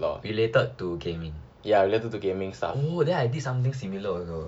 related to game oh then I did something similar also